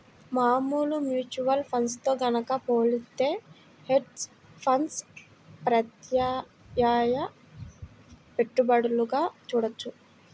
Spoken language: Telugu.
మామూలు మ్యూచువల్ ఫండ్స్ తో గనక పోలిత్తే హెడ్జ్ ఫండ్స్ ప్రత్యామ్నాయ పెట్టుబడులుగా చూడొచ్చు